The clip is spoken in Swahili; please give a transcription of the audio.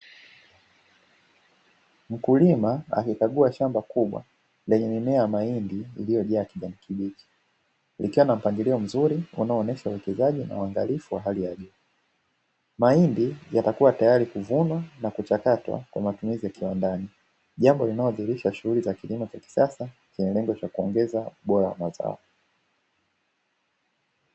Mkulima akikagua shamba kubwa, lenye mimea ya mahindi iliyojaa kijani kibichi, ikiwa na mpangilio mzuri unaoonyesha uwekezaji na uangalifu wa hali ya juu, mahindi yatakuwa tayari kuvunwa na kuchakatwa kwa matumizi ya kiwandani, jambo linalodhihirisha shughuli za kilimo cha kisasa chenye lengo la kuongeza ubora wa mazao.